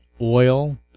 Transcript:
oil